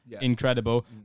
incredible